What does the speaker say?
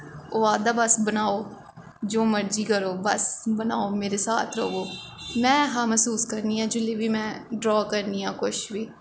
ओह् आखदा बस बनाओ जो मर्जी करो बस बनाओ मेरे साथ रवो में ऐहा मैसूस करनी आं जिसले बी में ड्रा करनी आं कुछ बी